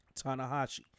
Tanahashi